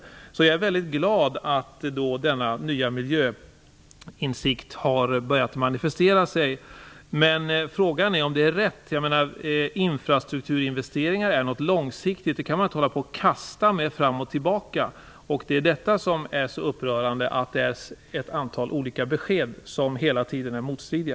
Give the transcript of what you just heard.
Jag är mycket glad att denna nya miljöinsikt har börjat manifestera sig. Men frågan är om det är rätt. Jag menar att infrastrukturinvesteringar är något långsiktigt. Dem kan man inte hålla på och kasta med fram och tillbaka. Det är detta som är så upprörande, att det finns ett antal olika besked som hela tiden är motstridiga.